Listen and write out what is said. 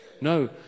No